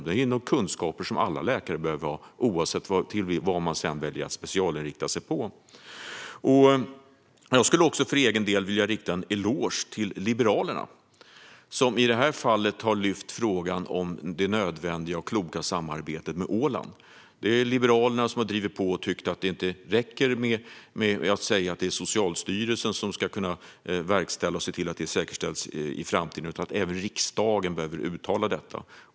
Detta är kunskaper som alla läkare behöver ha, oavsett vad de sedan väljer att specialinrikta sig på. Jag skulle för egen del vilja rikta en eloge till Liberalerna, som i detta fall har lyft upp frågan om det nödvändiga och kloka samarbetet med Åland. Det är Liberalerna som har drivit på och tyckt att det inte räcker med att säga att det är Socialstyrelsen som ska verkställa och se till att det säkerställs i framtiden utan att även riksdagen behöver uttala detta.